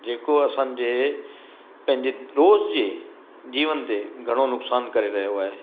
जे को असांजे पंहिंजे रोज़ु जे जीवन ते घणो नुक़सानु करे रहियो आहे